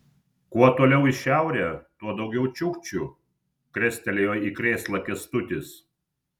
kuo toliau į šiaurę tuo daugiau čiukčių krestelėjo į krėslą kęstutis